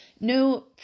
no